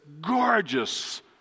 gorgeous